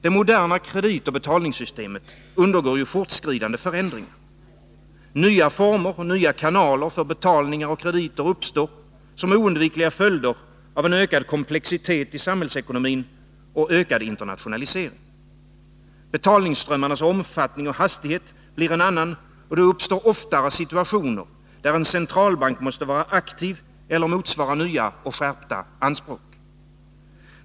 Det moderna kreditoch betalningssystemet undergår ju fortskridande förändringar. Nya former och nya kanaler för betalningar och krediter uppstår som oundvikliga följder av ökad komplexitet i samhällsekonomin och ökad internationalisering. Betalningsströmmarnas omfattning och hastighet blir en annan, och det uppstår oftare situationer där en centralbank måste vara aktiv eller motsvara nya och skärpta anspråk.